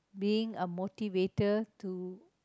being a motivator to